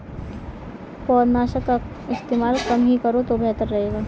पौधनाशक का इस्तेमाल कम ही करो तो बेहतर रहेगा